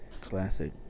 classic